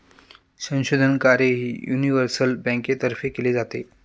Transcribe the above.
संशोधन कार्यही युनिव्हर्सल बँकेतर्फे केले जाते